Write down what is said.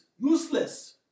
useless